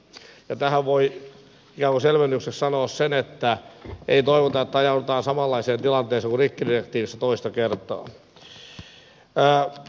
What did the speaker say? tähän voi ikään kuin selvennykseksi sanoa sen että ei toivota että ajaudutaan toista kertaa samanlaiseen tilanteeseen kuin rikkidirektiivissä